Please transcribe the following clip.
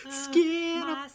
Skin